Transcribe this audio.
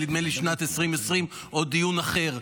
נדמה לי שמשנת 2020 או דיון אחר.